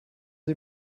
sie